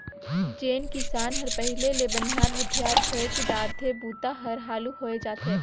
जेन किसान हर पहिले ले बनिहार भूथियार खोएज डारथे बूता हर हालू होवय जाथे